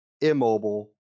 immobile